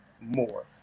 more